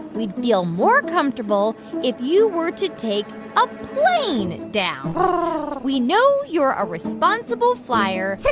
we'd feel more comfortable if you were to take a plane down we know you're a responsible flier,